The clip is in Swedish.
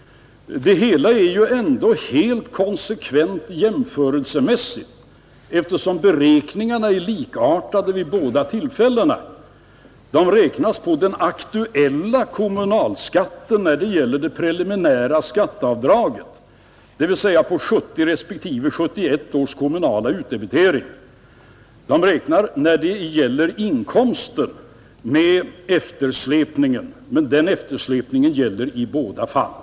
Det hela är sålunda konsekvent jämförelsemässigt, eftersom beräkningarna är likartade vid båda tillfällena. Det preliminära skatteavdraget beräknas ju på grundval av den aktuella kommunalskatten, dvs. på 1970 respektive 1971 års kommunala utdebitering. Det är en eftersläpning vad gäller inkomsten, men den eftersläpningen gäller lika i båda fallen.